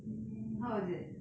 mm how was it